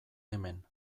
hemen